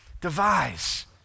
devise